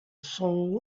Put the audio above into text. soul